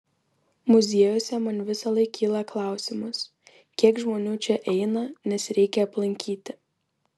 muziejuose man visąlaik kyla klausimas kiek žmonių čia eina nes reikia aplankyti